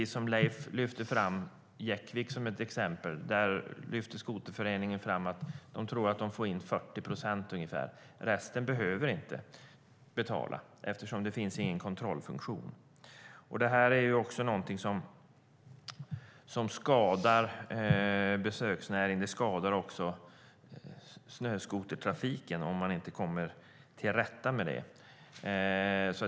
Som Leif nämnde säger skoterföreningen i Jäckvik att man tror att man får in 40 procent ungefär - resten behöver inte betala eftersom det inte finns någon kontrollfunktion. Detta är också något som skadar besöksnäringen och snöskotertrafiken.